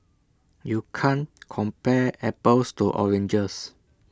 you can't compare apples to oranges